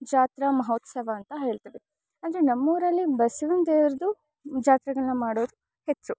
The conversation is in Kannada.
ಜಾತ್ರಾ ಮಹೋತ್ಸವ ಅಂತ ಹೇಳ್ತೀವಿ ಅಂದರೆ ನಮ್ಮ ಊರಲ್ಲಿ ಬಸ್ವನ ದೇವ್ರದ್ದು ಜಾತ್ರೆಗಳನ್ನ ಮಾಡೋದು ಹೆಚ್ಚು